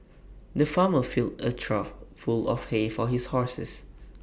the farmer filled A trough full of hay for his horses